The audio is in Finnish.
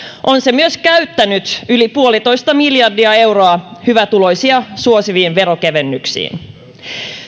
on se myös käyttänyt yli puolitoista miljardia euroa hyvätuloisia suosiviin veronkevennyksiin